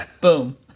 boom